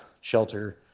shelter